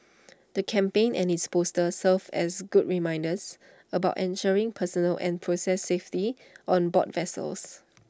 the campaign and its posters serve as good reminders about ensuring personal and process safety on board vessels